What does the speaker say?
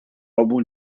álbum